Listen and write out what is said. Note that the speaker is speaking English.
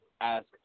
ask